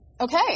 Okay